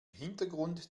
hintergrund